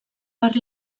per